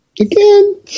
Again